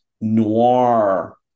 noir